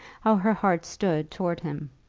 how her heart stood towards him?